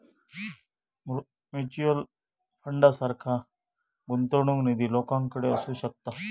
mutual फंडासारखा गुंतवणूक निधी लोकांकडे असू शकता